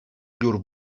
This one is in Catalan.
llur